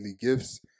Gifts